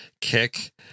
kick